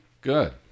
Good